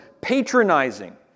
patronizing